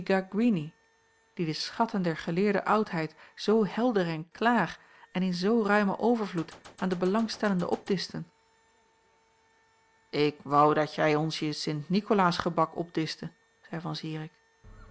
die de schatten der geleerde oudheid zoo helder en klaar en in zoo ruimen overvloed aan de belangstellenden opdischten ik woû dat jij ons je sint nikolaasgebak opdischte zeî van zirik